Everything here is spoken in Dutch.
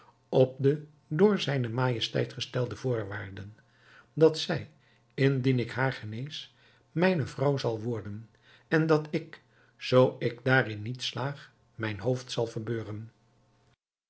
op de door zijne majesteit gestelde voorwaarden dat zij indien ik haar genees mijne vrouw zal worden en dat ik zoo ik daarin niet slaag mijn hoofd zal verbeuren